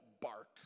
bark